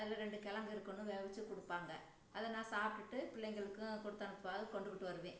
அதில் ரெண்டு கிழங்கு இருக்குன்னு வேவச்சிக் கொடுப்பாங்க அதை நான் சாப்பிட்டுட்டு பிள்ளைங்களுக்கும் கொடுத்து அனுப்புவாக கொண்டுக்கிட்டு வருவேன்